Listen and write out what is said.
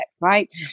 right